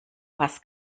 fass